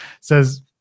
says